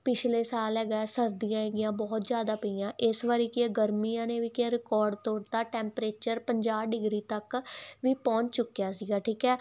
ਪਿਛਲੇ ਸਾਲ ਹੈਗਾ ਸਰਦੀਆਂ ਹੈਗੀਆਂ ਬਹੁਤ ਜ਼ਿਆਦਾ ਪਈਆਂ ਇਸ ਵਾਰ ਕੀ ਆ ਗਰਮੀਆਂ ਨੇ ਵੀ ਕੀ ਆ ਰਿਕਾਰਡ ਤੋੜ ਦਿੱਤਾ ਟੈਂਪਰੇਚਰ ਪੰਜਾਹ ਡਿਗਰੀ ਤੱਕ ਵੀ ਪਹੁੰਚ ਚੁੱਕਿਆ ਸੀਗਾ ਠੀਕ ਹੈ